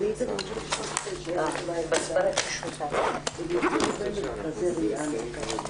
בשעה 14:05.